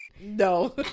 No